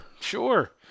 sure